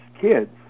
kids